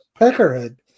peckerhead